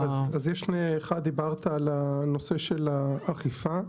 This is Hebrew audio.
דברת על נושא האכיפה,